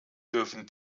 dürfen